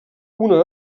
una